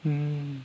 um